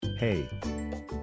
Hey